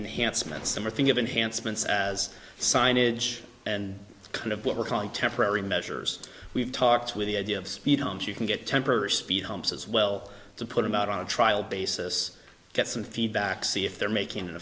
enhancements as signage and kind of what we're calling temporary measures we've talked with the idea of speed humps you can get temporary speed humps as well to put them out on a trial basis get some feedback see if they're making